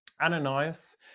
Ananias